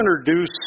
introduce